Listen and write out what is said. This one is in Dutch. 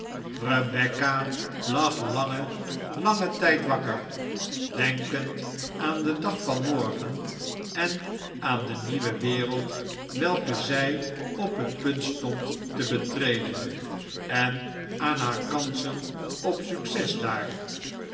rebecca lag langen langen tijd wakker denkend aan den dag van morgen en aan de nieuwe wereld welke zij op het punt stond te betreden en aan haar kansen op succes daar